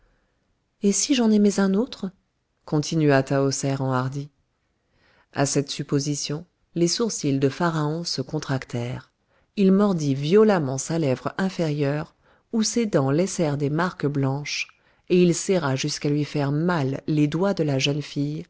et si j'en aimais un autre continua tahoser enhardie à cette supposition les sourcils de pharaon se contractèrent il mordit violemment sa lèvre inférieure où ses dents laissèrent des marques blanches et il serra jusqu'à lui faire mal les doigts de la jeune fille